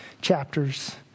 chapters